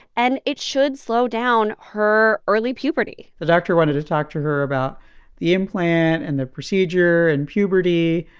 and it should slow down her early puberty the doctor wanted to talk to her about the implant and the procedure and puberty.